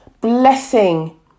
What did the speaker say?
blessing